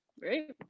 Great